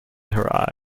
her